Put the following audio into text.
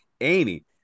Amy